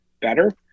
better